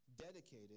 dedicated